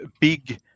big